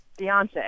Beyonce